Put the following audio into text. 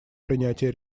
принятия